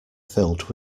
filled